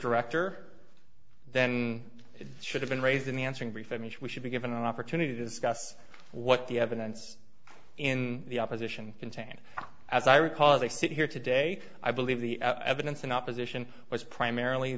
director then it should have been raised in the answering brief i mean we should be given an opportunity to discuss what the evidence in the opposition contained as i recall they sit here today i believe the evidence in opposition was primarily